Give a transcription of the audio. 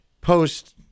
post